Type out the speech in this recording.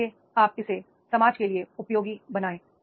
इसलिए आप इसे समाज के लिए उपयोगी बनाएंगे